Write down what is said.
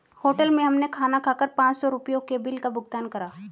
hotel में हमने खाना खाकर पाँच सौ रुपयों के बिल का भुगतान करा